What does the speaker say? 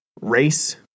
race